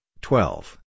twelve